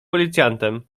policjantem